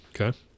Okay